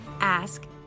ask